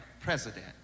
president